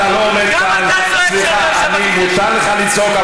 אל תעשה פה הצגה, סליחה, לא כל אחד עושה את זה.